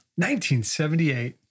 1978